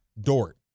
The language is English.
Dort